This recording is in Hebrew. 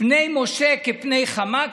"פני משה כפני חמה",